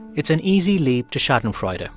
it's an easy leap to schadenfreude. ah